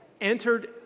entered